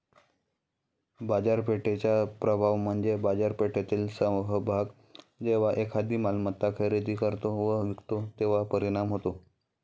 बाजारपेठेचा प्रभाव म्हणजे बाजारपेठेतील सहभागी जेव्हा एखादी मालमत्ता खरेदी करतो व विकतो तेव्हा परिणाम होतो